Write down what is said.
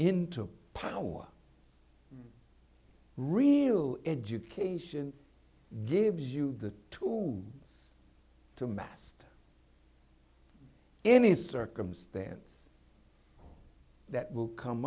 into power real education gives you the tools to master any circumstance that will come